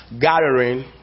gathering